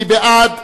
מי בעד?